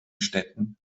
städten